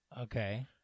Okay